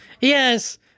Yes